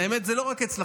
האמת, זה לא רק אצלכם.